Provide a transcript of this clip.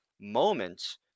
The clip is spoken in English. moments